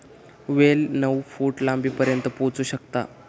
वेल नऊ फूट लांबीपर्यंत पोहोचू शकता